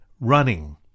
running